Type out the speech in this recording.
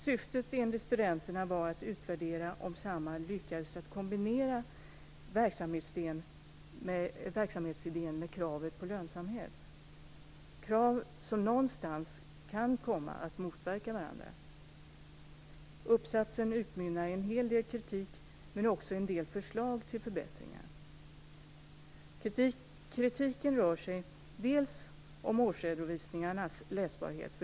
Syftet var enligt studenterna att utvärdera om Samhall lyckades med att kombinera kraven i sin verksamhetsidé med kravet på lönsamhet, krav som kan komma att motverka varandra. Uppsatsen utmynnar i en hel del kritik men också i en del förslag till förbättringar. Kritiken handlar delvis om årsredovisningarnas läsbarhet.